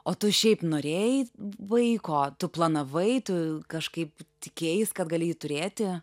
o tu šiaip norėjai vaiko tu planavai tu kažkaip tikėjais kad gali jį turėti